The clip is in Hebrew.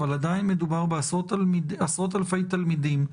אבל עדיין מדובר בעשרות אלפי תלמידים.